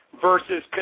versus